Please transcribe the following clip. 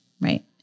Right